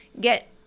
get